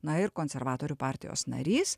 na ir konservatorių partijos narys